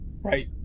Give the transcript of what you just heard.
right